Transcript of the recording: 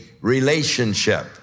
relationship